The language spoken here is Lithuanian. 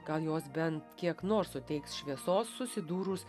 gal jos bent kiek nors suteiks šviesos susidūrus